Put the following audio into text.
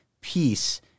peace